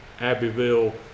Abbeville